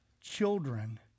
children